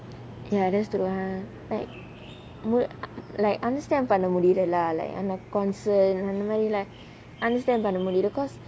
ya that's true ah like would like understand பண்ண முடியுது:panna mudiyaathu leh அந்த:antha concern அந்த மாரிலாம்:antha maarilam understand பண்ண முடியுதுல:panna mudiyuthula because